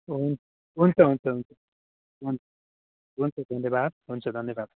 हुन्छ हुन्छ हुन्छ हुन्छ धन्यवाद हुन्छ धन्यवाद